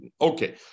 Okay